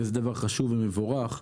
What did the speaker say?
וזה דבר חשוב ומבורך.